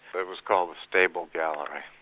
that was called the stable gallery.